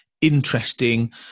interesting